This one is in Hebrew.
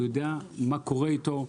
יידע מה קורה איתו,